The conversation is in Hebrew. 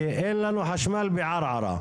כי אין לנו חשמל בערערה.